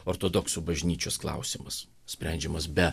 ortodoksų bažnyčios klausimas sprendžiamas be